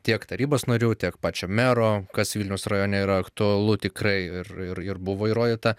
tiek tarybos narių tiek pačio mero kas vilniaus rajone yra aktualu tikrai ir ir ir buvo įrodyta